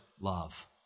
love